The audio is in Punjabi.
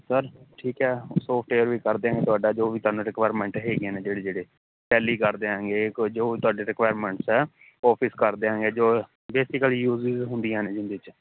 ਸਰ ਠੀਕ ਹੈ ਸੋਫਟਵੇਅਰ ਵੀ ਕਰ ਦਿਆਂਗੇ ਤੁਹਾਡਾ ਜੋ ਵੀ ਤੁਹਾਨੂੰ ਰਿਕੁਐਰਮੈਂਟ ਹੈਗੀਆਂ ਨੇ ਜਿਹੜੇ ਜਿਹੜੇ ਟੈਲੀ ਕਰ ਦਿਆਂਗੇ ਕੋਈ ਜੋ ਵੀ ਤੁਹਾਡੇ ਰਿਕੁਐਰਮੈਂਟਸ ਹੈ ਓਫਿਸ ਕਰ ਦਿਆਂਗੇ ਜੋ ਬੇਸਿਕਲੀ ਯੂਜਸ ਹੁੰਦੀਆਂ ਨੇ ਜਿਹਦੇ 'ਚ